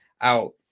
out